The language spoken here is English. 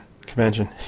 convention